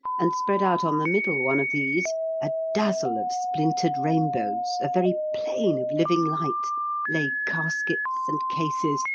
and spread out on the middle one of these a dazzle of splintered rainbows, a very plain of living light lay caskets and cases,